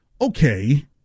okay